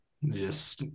Yes